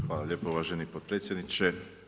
Hvala lijepo uvaženi potpredsjedniče.